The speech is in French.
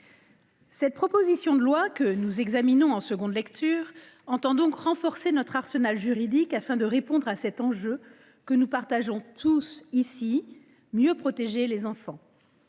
Cette proposition de loi, que nous examinons en deuxième lecture, entend renforcer notre arsenal juridique afin de répondre à un enjeu que nous faisons tous nôtre ici : mieux protéger les enfants.